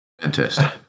Fantastic